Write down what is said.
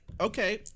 Okay